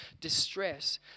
distress